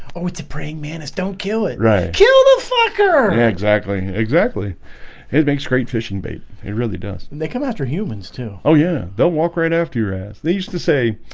oh, it's a praying mantis don't kill it right kill the fucker exactly exactly it makes great fishing bait it really does and they come after humans, too oh, yeah, don't walk right after your ass they used to say